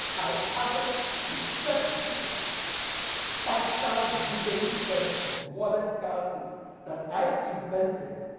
i added the thirty-six partial derivative terms of modern calculus that i invented